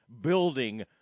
building